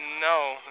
No